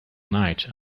night